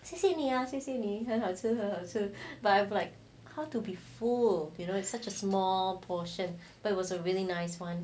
谢谢你啊谢谢你很好吃很好吃 I like how to be full you know it's such a small portion but it was a really nice [one]